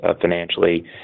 financially